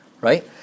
right